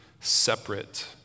separate